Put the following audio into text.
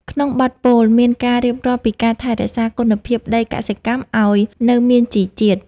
ក្នុងបទពោល មានការរៀបរាប់ពីការថែរក្សាគុណភាពដីកសិកម្មឱ្យនៅមានជីជាតិ។